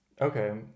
okay